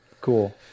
cool